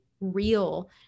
real